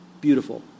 beautiful